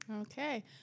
Okay